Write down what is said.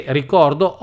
ricordo